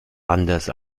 anders